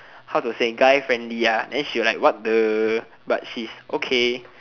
how to say guy friendly then she will like what the then she is like okay